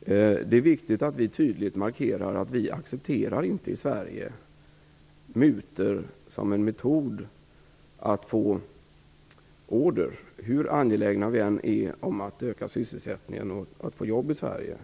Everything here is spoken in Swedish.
i det avseendet. Det är viktigt att vi tydligt markerar att vi i Sverige inte accepterar mutor som en metod för att man skall få en order, hur angelägna vi än är om att öka sysselsättningen och få jobb i Sverige.